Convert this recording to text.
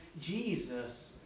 Jesus